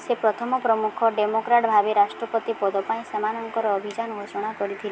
ସେ ପ୍ରଥମ ପ୍ରମୁଖ ଡେମୋକ୍ରାଟ୍ ଭାବେ ରାଷ୍ଟ୍ରପତି ପଦ ପାଇଁ ସେମାନଙ୍କର ଅଭିଯାନ ଘୋଷଣା କରିଥି